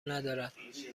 ندارد